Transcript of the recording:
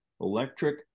electric